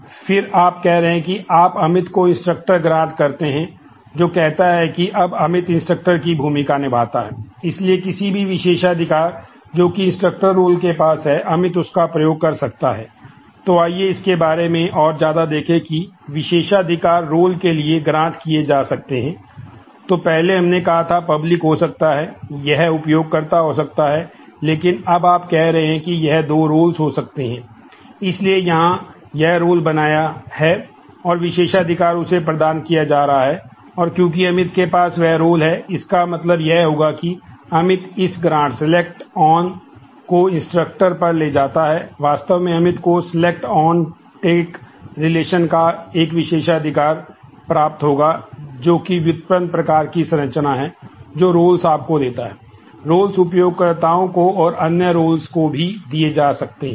और फिर आप कह रहे हैं कि आप अमित को इंस्ट्रक्टर को भी दिए जा सकते हैं